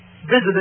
visited